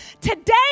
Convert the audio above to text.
today